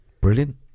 brilliant